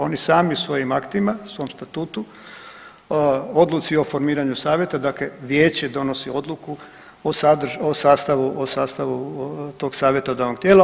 Oni sami svojim aktima, svom statutu odluci o formiranju savjeta, dakle vijeće donosi odluku o sastavu tog savjetodavnog tijela.